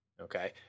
Okay